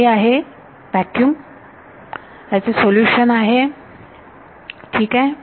हे आहे व्हॅक्युम ह्याचे सोल्युशन आहे ठीक आहे